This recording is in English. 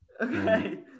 okay